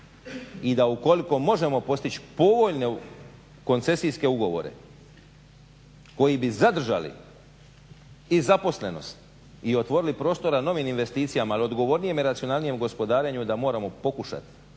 I da u koliko možemo postići povoljne koncesijske ugovore koji bi zadržali i zaposlenost i otvorili prostora novim investicijama, ili odgovornijem i racionalniji gospodarenju. Je da moramo pokušati